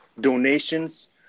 donations